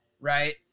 right